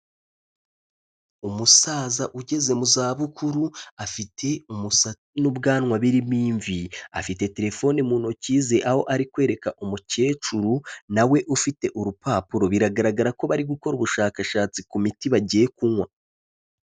Umusaza ugeze mu zabukuru afite umusatsi n'ubwanwa birimo imvi, afite telefone mu ntoki ze aho ari kwereka umukecuru nawe ufite urupapuro, biragaragara ko bari gukora ubushakashatsi ku miti bagiye kunywa.